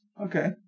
Okay